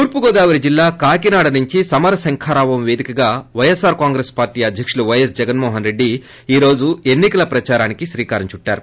తూర్పుగోదావరి జిల్లా కాకినాడ నుంచి సమర శంఖారావం వేదికగా వైఎస్పార్ కాంగ్రెస్ పార్టీ అధ్యకుడు వైఎస్ జగన్మోహన్ రెడ్డి ఈ రోజు ఎన్ని కల ప్రదారానికి శ్రీకారం చుట్లారు